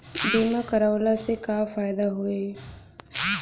बीमा करवला से का फायदा होयी?